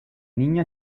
niña